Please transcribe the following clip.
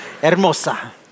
Hermosa